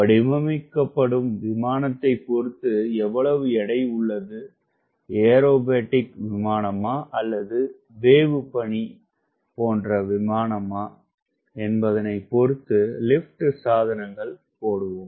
வடிவமைக்கப்படும் விமானத்தைப் பொருத்து எவ்வளவு எடை உள்ளது ஏரோபேடிக் விமானமா அல்லது வேவுப்பணி விமானமா என்பதனைப் பொருத்து லிப்ட் சாதனங்கள் போடுவோம்